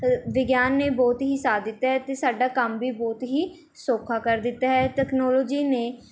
ਵਿਗਿਆਨ ਨੇ ਬਹੁਤ ਹੀ ਸਾਥ ਦਿੱਤਾ ਹੈ ਅਤੇ ਸਾਡਾ ਕੰਮ ਵੀ ਬਹੁਤ ਹੀ ਸੌਖਾ ਕਰ ਦਿੱਤਾ ਹੈ ਤਕਨੋਲਜੀ ਨੇ